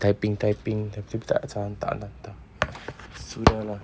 typing typing tapi tapi tak tak tak hantar hantar sudah lah